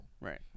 Right